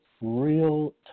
real